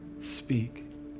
speak